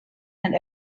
and